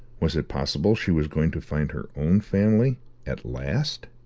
was it possible she was going to find her own family at last?